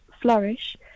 flourish